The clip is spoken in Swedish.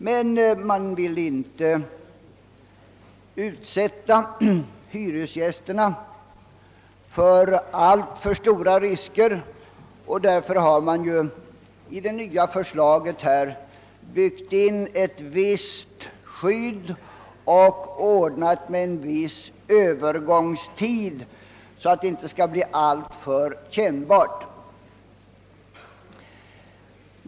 Man vill emellertid inte utsätta hyresgästerna för alltför stora risker. Därför har i det nya förslaget ett visst skydd byggts in och en viss övergångstid bestämts, så att verkningarna inte skall bli alltför kännbara.